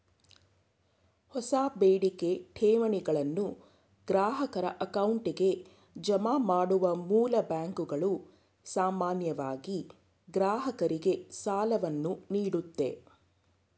ಹೊಸ ಬೇಡಿಕೆ ಠೇವಣಿಗಳನ್ನು ಗ್ರಾಹಕರ ಅಕೌಂಟ್ಗೆ ಜಮಾ ಮಾಡುವ ಮೂಲ್ ಬ್ಯಾಂಕ್ಗಳು ಸಾಮಾನ್ಯವಾಗಿ ಗ್ರಾಹಕರಿಗೆ ಸಾಲವನ್ನು ನೀಡುತ್ತೆ